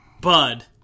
bud